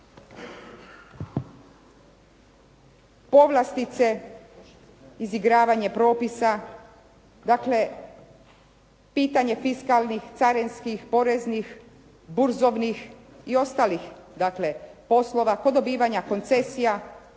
Povlastice, izigravanje propisa, dakle pitanje fiskalnih, carinskih, poreznih, burzovnih i ostalih dakle poslova kod dobivanja koncesija.